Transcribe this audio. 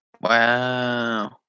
Wow